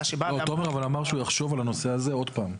-- תומר אמר שהוא יחשוב על הנושא הזה עוד פעם.